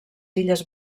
illes